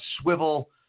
swivel